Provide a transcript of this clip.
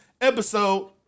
episode